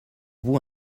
vous